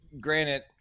granted